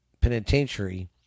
penitentiary